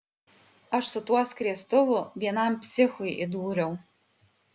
aš su tuo skriestuvu vienam psichui įdūriau